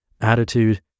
attitude